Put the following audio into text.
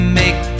make